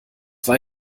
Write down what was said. war